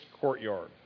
courtyard